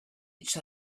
each